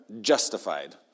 justified